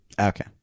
Okay